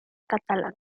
catalán